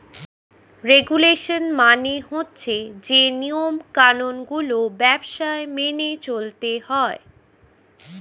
regulation মানে হচ্ছে যে নিয়ম কানুন গুলো ব্যবসায় মেনে চলতে হয়